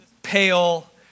pale